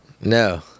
No